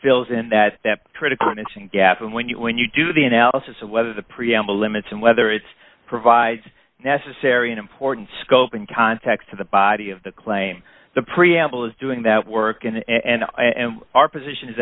fills in that critical missing gap and when you when you do the analysis of whether the preamble limits and whether it's provides necessary and important scope and context to the body of the claim the preamble is doing that work and our position is